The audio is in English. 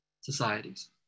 societies